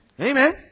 amen